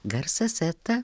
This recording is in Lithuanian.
garsas eta